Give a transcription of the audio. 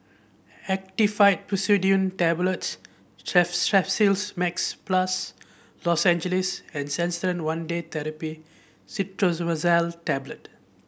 Actifed Pseudoephedrine Tablets Max Plus Lozenges and Canesten One Day Therapy Clotrimazole Tablet